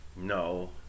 No